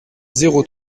zéro